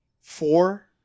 Four